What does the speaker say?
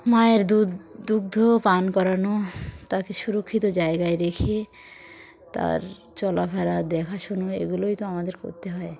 মায়ের দুধ দুগ্ধ পান করানো তাকে সুরক্ষিত জায়গায় রেখে তার চলাফেরা দেখাশুনো এগুলোই তো আমাদের করতে হয়